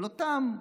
אבל אותם אנשים,